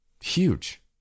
Huge